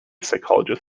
psychologist